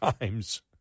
Times